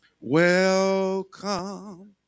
Welcome